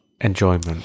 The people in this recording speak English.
enjoyment